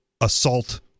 assault